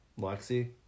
Lexi